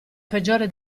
peggiore